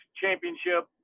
championship